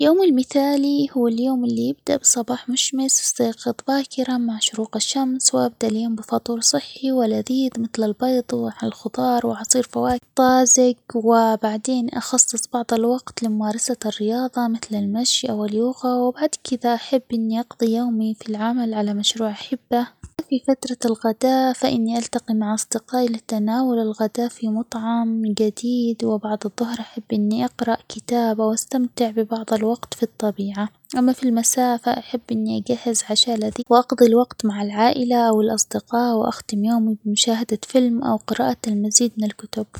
يومي المثالي هو اليوم اللي يبدأ بصباح مشمس ،استيقظ باكرا مع شروق الشمس، وأبدأ اليوم بفطور صحي ،ولذيذ مثل: البيض، والخضار ، وعصير -فواك - طازج ،وبعدين أخصص بعض الوقت لممارسة الرياظة مثل: المشي، أو اليوغه، وبعد كذا أحب إني أقضي يومي في العمل على مشروع أحبه، أما في فتره الغداء فإني التقي مع أصدقائي لتناول الغداء في مطعم جديد ،وبعد الضهر أحب إني أقرأ كتاب أو استمتع ببعض الوقت في الطبيعة ،أما في المساء فاحب اني اجهز عشاء -لذي- ، وأقضي الوقت مع العائلة والاصدقاء وأختم يومي بمشاهدة فيلم أو قراءة المزيد من الكتب.